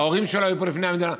ההורים שלו היו פה לפני המדינה.